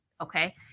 Okay